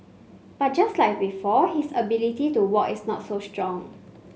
but just like before his ability to walk is not so strong